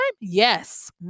Yes